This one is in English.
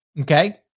Okay